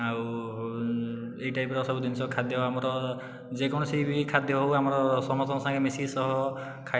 ଓ ଏହି ଟାଇପର ସବୁ ଜିନିଷ ଖାଦ୍ୟ ଆମର ଯେକୌଣସି ବି ଖାଦ୍ୟ ହେଉ ଆମର ସମସ୍ତଙ୍କ ସାଙ୍ଗରେ ମିଶିକି ସହ ଖାଇଲେ